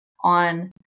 on